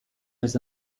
has